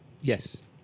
Yes